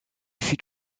fut